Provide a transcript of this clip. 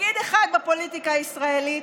תפקיד אחד בפוליטיקה הישראלית,